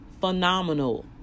phenomenal